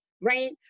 right